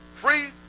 Free